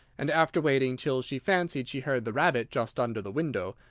and, after waiting till she fancied she heard the rabbit just under the window,